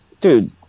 dude